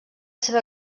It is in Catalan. seva